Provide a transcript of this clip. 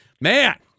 man